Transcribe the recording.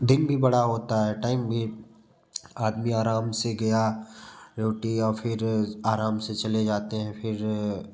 दिन भी बड़ा होता है टाइम भी आदमी आराम से गया ड्यूटी और फिर आराम से चले जाते हैं फिर